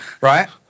right